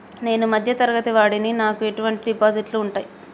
నేను మధ్య తరగతి వాడిని నాకు ఎటువంటి డిపాజిట్లు ఉంటయ్?